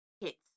hits